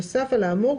נוסף על האמור,